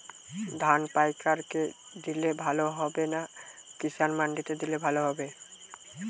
ধান পাইকার কে দিলে ভালো হবে না কিষান মন্ডিতে দিলে ভালো হবে?